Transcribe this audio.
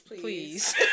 please